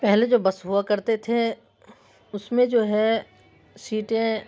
پہلے جو بس ہوا کرتے تھے اس میں جو ہے سیٹیں